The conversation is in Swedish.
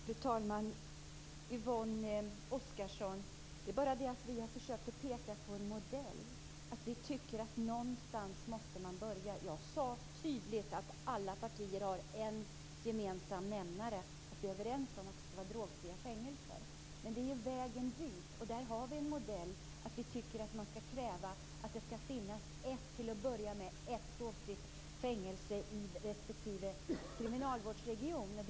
Fru talman! Det är bara det att vi har försökt peka på en modell, Yvonne Oscarsson, och vi tycker att man måste börja någonstans. Jag sade tydligt att alla partier har en gemensam nämnare, nämligen att vi är överens om att det skall vara drogfria fängelser. Men det handlar om vägen dit. Då har vi en modell, där man till att börja med skall ha ett drogfritt fängelse i respektive kriminalvårdsregion.